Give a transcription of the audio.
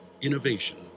Innovation